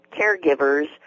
caregivers